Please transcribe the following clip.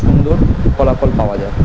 সুন্দর ফলাফল পাওয়া যায়